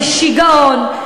זה שיגעון.